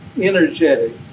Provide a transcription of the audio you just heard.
energetic